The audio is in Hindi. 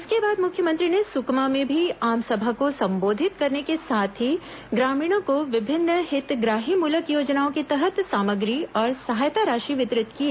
इसके बाद मुख्यमंत्री ने सुकमा में भी आमसभा को संबोधित करने के साथ ही ग्रामीणों को विभिन्न हितग्राहीमूलक योजनाओं के तहत सामग्री और सहायता राशि वितरित किए